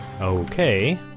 Okay